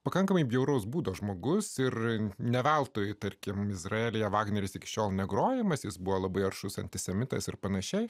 pakankamai bjauraus būdo žmogus ir ne veltui tarkim izraelyje vagneris iki šiol negrojamas jis buvo labai aršus antisemitas ir pan